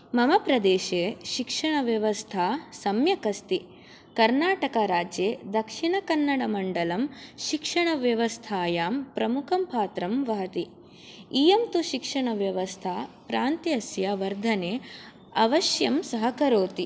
मम प्रदेशे शिक्षणव्यवस्था सम्यक् अस्ति कर्णाटका राज्ये दक्षिणकन्नडमण्डलं शिक्षणव्यवस्थायां प्रमुखं पात्रं वहति इयं तु शिक्षणव्यवस्था प्रान्त्यस्य वर्धने अवश्यं सहकरोति